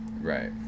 Right